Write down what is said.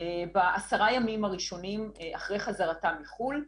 בעשרה ימים הראשונים אחרי חזרתם מחו"ל.